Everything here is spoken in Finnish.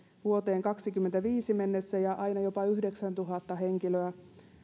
vuoteen kaksituhattakaksikymmentäviisi mennessä ja jopa yhdeksäntuhatta henkilöä